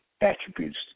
attributes